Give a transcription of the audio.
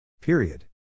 Period